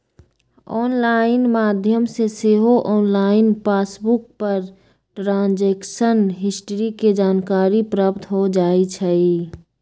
online माध्यम से सेहो ऑनलाइन पासबुक पर ट्रांजैक्शन हिस्ट्री के जानकारी प्राप्त हो जाइ छइ